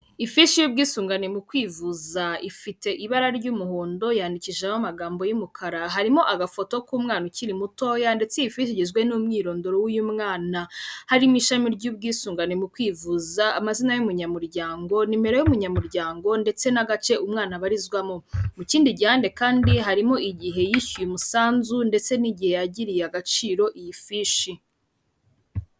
Ifishi y'ubwisungane mu kwivuza ifite ibara ry'umuhondo yanyandikishijeho amagambo y'umukara harimo agafoto k'umwana ukiri mutoya ndetse iyi fishi igizwe n'umwirondoro w'uyu mwana harimo ishami ry'ubwisungane mu kwivuza, amazina y'umunyamuryango, nimero y'umunyamuryango, ndetse n'agace umwana abarizwamo mu kindi gihande kandi harimo igihe yishyuye umusanzu ndetse n'igihe yagiriye agaciro iyi fishi.